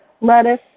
lettuce